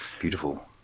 beautiful